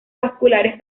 vasculares